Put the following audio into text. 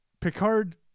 Picard